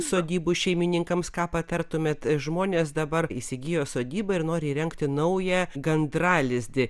sodybų šeimininkams ką patartumėte žmonės dabar įsigijo sodybą ir nori įrengti naują gandralizdį